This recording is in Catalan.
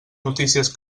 notícies